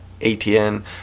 ATN